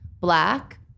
Black